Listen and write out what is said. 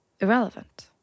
irrelevant